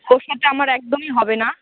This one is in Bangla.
ওর সাথে আমার একদমই হবে না